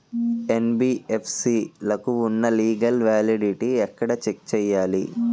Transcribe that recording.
NBFC లకు ఉన్నా legal validity ఎక్కడ చెక్ చేయాలి?